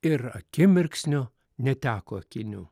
ir akimirksniu neteko akinių